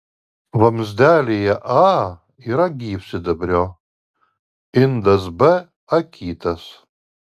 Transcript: vamzdelyje a yra gyvsidabrio indas b akytas